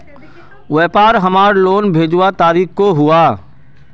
व्यापार हमार लोन भेजुआ तारीख को हुआ?